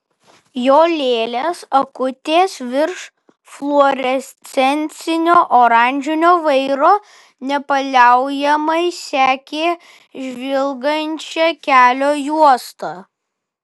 jo lėlės akutės virš fluorescencinio oranžinio vairo nepaliaujamai sekė žvilgančią kelio juostą